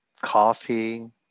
coffee